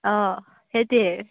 অ সেইটোৱে